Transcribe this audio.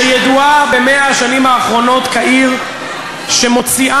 שידועה ב-100 השנים האחרונות כעיר שמוציאה